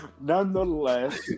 Nonetheless